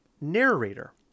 narrator